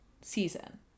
season